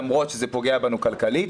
למרות שזה פוגע בנו כלכלית,